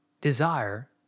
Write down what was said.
desire